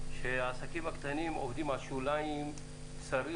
שהעסקים הקטנים עובדים על שוליים צרים